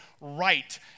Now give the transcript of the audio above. right